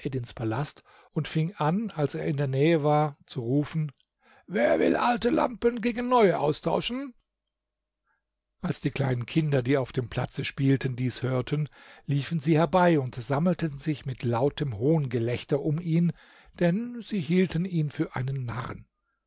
palast und fing als er in der nähe war an zu rufen wer will alte lampen gegen neue austauschen als die kleinen kinder die auf dem platze spielten dies hörten liefen sie herbei und sammelten sich mit lautem hohngelächter um ihn denn sie hielten ihn für einen narren